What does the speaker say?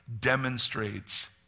demonstrates